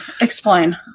Explain